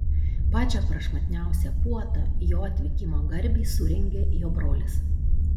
pačią prašmatniausią puotą jo atvykimo garbei surengė jo brolis